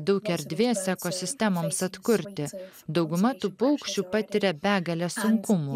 daug erdvės ekosistemoms atkurti dauguma tų paukščių patiria begales sunkumų